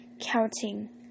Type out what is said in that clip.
counting